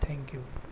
thank you